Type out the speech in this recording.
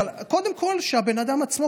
אבל קודם כול שהבן אדם עצמו,